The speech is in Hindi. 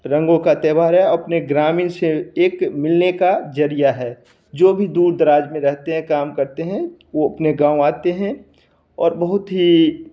रंगों का त्योहार है अपने ग्रामीण से एक मिलने का जरिया है जो भी दूर दराज में रहते हैं काम करते हैं वो अपने गाँव आते हैं और बहुत ही